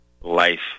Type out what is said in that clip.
life